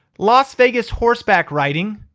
las vegas horseback riding,